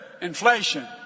Inflation